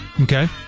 Okay